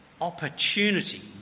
Opportunity